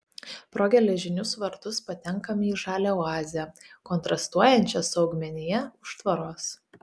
pro geležinius vartus patenkame į žalią oazę kontrastuojančią su augmenija už tvoros